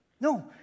No